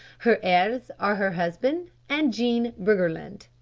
her heirs are her husband and jean briggerland.